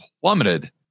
plummeted